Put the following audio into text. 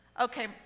Okay